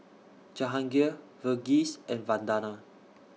Jahangir Verghese and Vandana